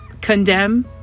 Condemn